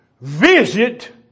visit